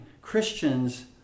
Christians